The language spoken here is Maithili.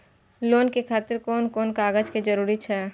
लोन के खातिर कोन कोन कागज के जरूरी छै?